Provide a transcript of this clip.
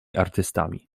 artystami